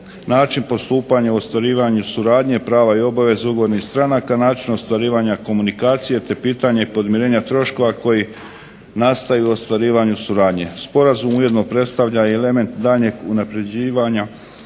način postupanja u ostvarivanju suradnje, prava i obaveze ugovornih stranaka, način ostvarivanja komunikacije te pitanje podmirenja troškova koji nastaju ostvarivanjem suradnje. Sporazum ujedno predstavlja i element daljnjeg unapređivanja